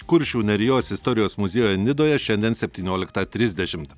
kuršių nerijos istorijos muziejuje nidoje šiandien septynioliktą trisdešimt